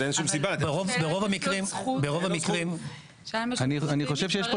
ברוב המקרים --- אני חושב שיש פה